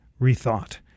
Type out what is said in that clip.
rethought